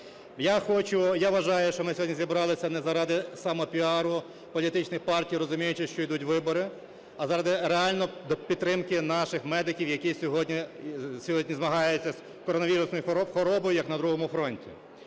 Я вважаю, що ми сьогодні зібралися не заради самопіару політичних партій, розуміючи, що йдуть вибори, а заради реально підтримки наших медиків, які сьогодні змагаються з коронавірусною хворобою як на другому фронті.